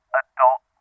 adult